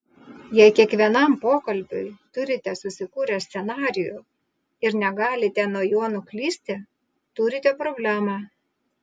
jei kiekvienam pokalbiui turite susikūrę scenarijų ir negalite nuo jo nuklysti turite problemą